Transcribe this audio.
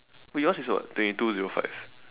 wait yours is what twenty two zero five